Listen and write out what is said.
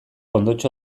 ondotxo